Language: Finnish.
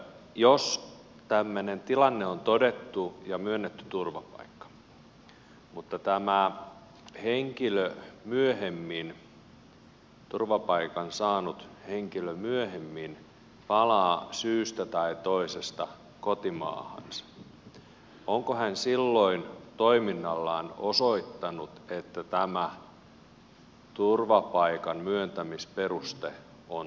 jos tämmöinen tilanne on todettu ja on myönnetty turvapaikka mutta tämä turvapaikan saanut henkilö myöhemmin palaa syystä tai toisesta kotimaahansa onko hän silloin toiminnallaan osoittanut että tämä turvapaikan myöntämisperuste on turha